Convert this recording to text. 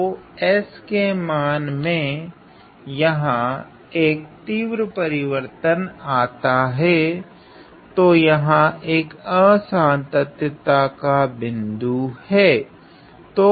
तो S के मान मे यहाँ अक तीव्र परिवर्तन आता हैं तो यहाँ एक असांतत्यता का बिन्दु हैं